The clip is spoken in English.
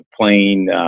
playing